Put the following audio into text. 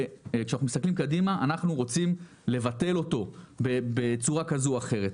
כשאנחנו מסתכלים קדימה אנחנו רוצים לבטל אותו בצורה כזאת או אחרת.